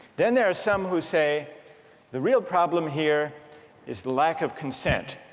then there are some who say the real problem here is the lack of consent